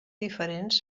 diferents